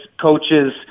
coaches